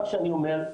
מה שאני אומר,